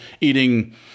eating